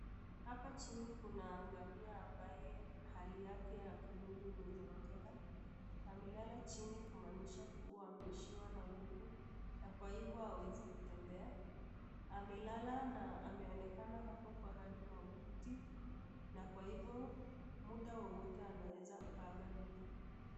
Hapa chini kuna ngamia ambaye hali yake ya kimwili imezoroteka. Amelala chini kumaanisha kuwa ameishiwa na nguvu na kwa hivyo hawezi kutembea .Amelala na ameonekana ako kwa hali mahututi na kwa hivyo muda wowote anaweza akaaga dunia.